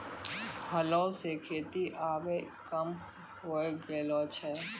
हलो सें खेती आबे कम होय गेलो छै